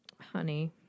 honey